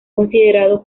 considerado